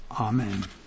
Amen